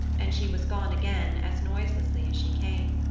and she was gone again as noiselessly as she came.